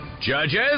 Judges